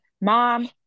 mom